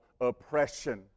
oppression